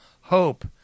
hope